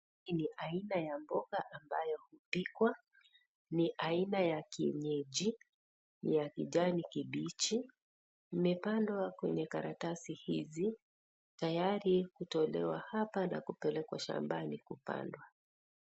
Hii ni haina ya mboga ambayo hupikwa, ni aina ya kienyeji ya kijani kibichi, imepandwa kwenye karatasi hizi tayari kutolewa hapa na kupelekwa shambani kupandwa.